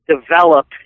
develop